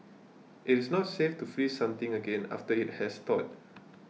it is not safe to freeze something again after it has thawed